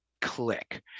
click